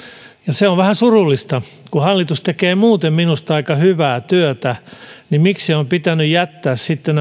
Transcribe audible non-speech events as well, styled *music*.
se on vähän surullista kun hallitus tekee muuten minusta aika hyvää työtä niin miksi on pitänyt jättää sitten *unintelligible*